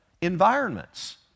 environments